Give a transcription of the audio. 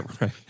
right